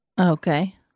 Okay